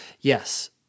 yes